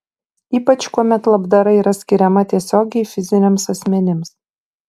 ypač kuomet labdara yra skiriama tiesiogiai fiziniams asmenims